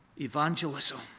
evangelism